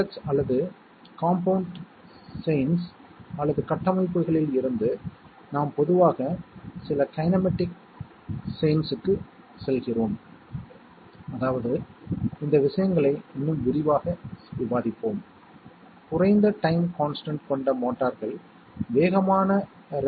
B 0 மேற்பரப்பு வேகம் வினாடிக்கு 20 மீட்டருக்கும் குறைவாகவும் இல்லையெனில் 1 ஆகவும் C என்பது 0 ஆகவும் ஊட்டமானது நிமிடத்திற்கு 15 மீட்டருக்கும் குறைவாகவோ அல்லது சமமாகவோ இருக்கும் போது மற்ற சமயங்களில் 1 ஆகவும் இருக்கும்